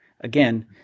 Again